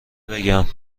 بگم